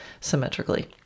symmetrically